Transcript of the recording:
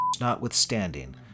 notwithstanding